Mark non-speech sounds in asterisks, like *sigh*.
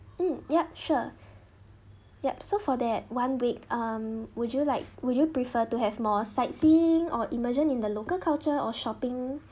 mm yup sure *breath* yup so for that one week um would you like would you prefer to have more sightseeing or emergent in the local culture or shopping